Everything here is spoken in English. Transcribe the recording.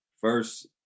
first